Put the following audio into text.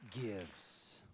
gives